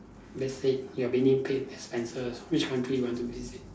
let's say you're being paid expenses which country you want to visit